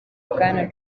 bwana